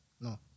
no